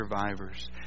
survivors